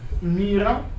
Mira